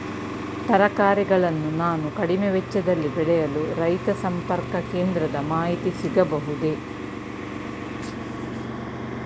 ತರಕಾರಿಗಳನ್ನು ನಾನು ಕಡಿಮೆ ವೆಚ್ಚದಲ್ಲಿ ಬೆಳೆಯಲು ರೈತ ಸಂಪರ್ಕ ಕೇಂದ್ರದ ಮಾಹಿತಿ ಸಿಗಬಹುದೇ?